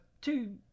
two